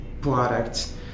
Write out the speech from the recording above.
product